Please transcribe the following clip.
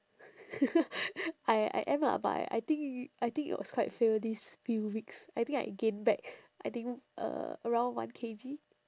I I am lah but I think I think it was quite fail these few weeks I think I gained back I think uh around one K_G